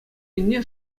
енне